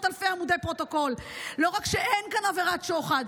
אלפי עמודי פרוטוקול: לא רק שאין כאן עבירת שוחד,